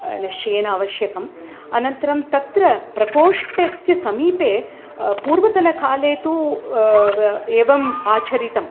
निश्चयेन आवश्यकम् अनन्तरं तत्र प्रकोष्ठस्य समीपे पूर्वतनकाले तु एवम् आचरितम्